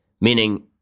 Meaning